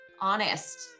honest